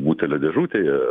butelio dėžutėje